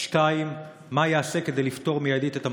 2. מה ייעשה כדי לפתור מיידית את המשבר?